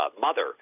mother